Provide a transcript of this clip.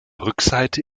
rückseite